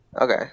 Okay